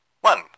One